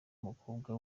umukobwa